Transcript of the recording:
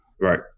Right